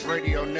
Radio